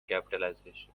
capitalization